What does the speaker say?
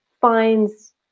finds